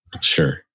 Sure